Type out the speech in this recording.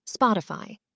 Spotify